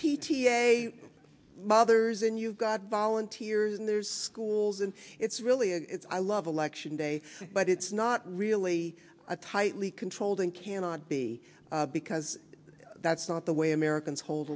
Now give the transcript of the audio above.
a mothers and you've got volunteers and there's schools and it's really i love election day but it's not really a tightly controlled and cannot be because that's not the way americans hol